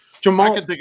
Jamal